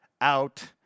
out